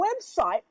website